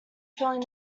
filling